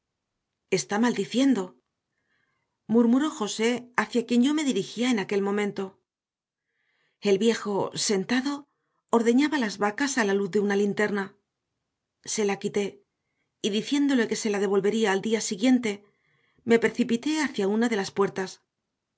está maldiciendo murmuró josé hacia quien yo me dirigía en aquel momento el viejo sentado ordeñaba las vacas a la luz de una linterna se la quité y diciéndole que se la devolvería al día siguiente me precipité hacia una de las puertas